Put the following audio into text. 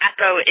Echo